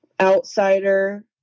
outsider